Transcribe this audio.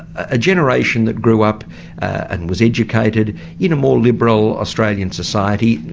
a generation that grew up and was educated in a more liberal australian society.